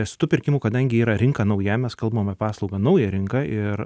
nes tų pirkimų kadangi yra rinka nauja mes kalbam apie paslaugą naują rinką ir